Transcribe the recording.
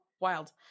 Wild